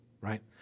right